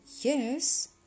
Yes